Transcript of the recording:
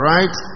Right